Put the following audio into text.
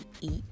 eat